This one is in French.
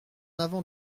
avant